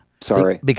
Sorry